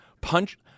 punch